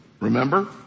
Remember